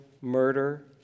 murder